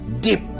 Deep